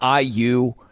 IU